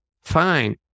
fine